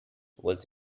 was